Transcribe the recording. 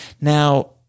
Now